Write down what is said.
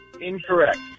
incorrect